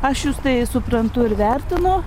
aš jus tai suprantu ir vertinu